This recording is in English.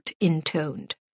intoned